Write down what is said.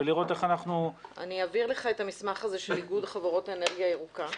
אני אעביר לך את המסמך של איגוד חברות אנרגיה ירוקה.